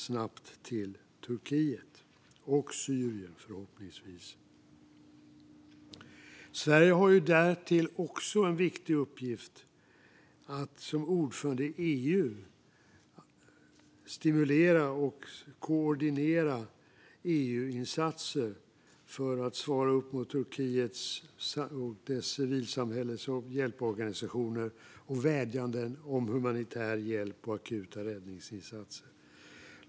Sverige har därtill en viktig uppgift i att som ordförande i EU stimulera och koordinera EU-insatser för att svara upp mot Turkiets och civilsamhällets hjälporganisationers vädjanden om humanitär hjälp och akuta räddningsinsatser.